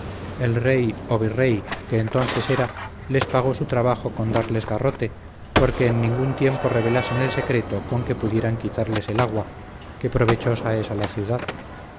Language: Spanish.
el rey o virrey que entonces era les pagó su trabajo con darles garrote porque en ningún tiempo revelasen el secreto con que pudieran quitarles el agua que provechosa es a la ciudad